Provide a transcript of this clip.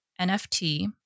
NFT